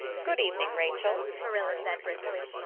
good evening, rachel, marilla said briskly.